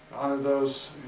those